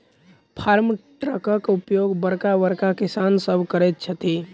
farm ट्रकक उपयोग बड़का बड़का किसान सभ करैत छथि